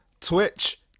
Twitch